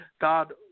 God